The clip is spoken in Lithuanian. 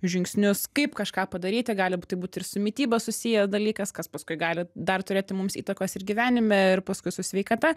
žingsnius kaip kažką padaryti gali būt tai būti ir su mityba susijęs dalykas kas paskui gali dar turėti mums įtakos ir gyvenime ir paskui su sveikata